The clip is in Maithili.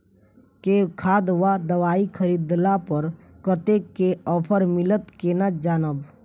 केँ खाद वा दवाई खरीदला पर कतेक केँ ऑफर मिलत केना जानब?